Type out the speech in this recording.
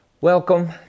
Welcome